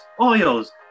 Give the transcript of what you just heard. oils